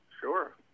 Sure